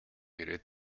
gerät